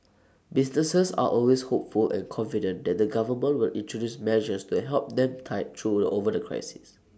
businesses are always hopeful and confident that the government will introduce measures to help them tide through the over the crisis